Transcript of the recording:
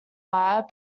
wire